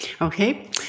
Okay